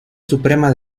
suprema